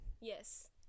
Yes